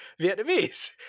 Vietnamese